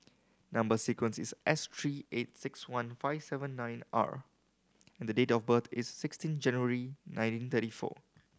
number sequence is S three eight six one five seven nine R and the date of birth is sixteen January nineteen thirty four